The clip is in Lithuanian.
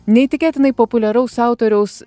neįtikėtinai populiaraus autoriaus